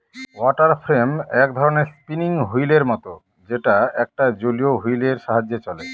water frame এক ধরনের spinning wheel এর মত যেটা একটা জলীয় হুইল এর সাহায্যে চলে